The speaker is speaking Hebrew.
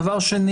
שנית,